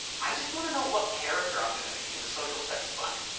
i just want to know what character i'm gonna be in the social studies book.